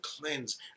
cleanse